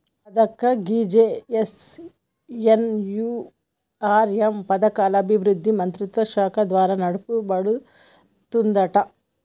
రాధక్క గీ జె.ఎన్.ఎన్.యు.ఆర్.ఎం పథకం పట్టణాభివృద్ధి మంత్రిత్వ శాఖ ద్వారా నడపబడుతుందంట